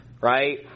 right